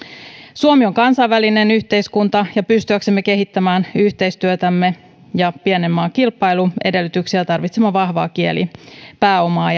suomi on kansainvälinen yhteiskunta ja pystyäksemme kehittämään yhteistyötämme ja pienen maan kilpailuedellytyksiä tarvitsemme vahvaa kielipääomaa